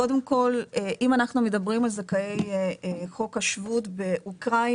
קודם כל אם אנחנו מדברים על זכאי חוק השבות באוקראינה,